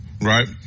right